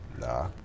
Nah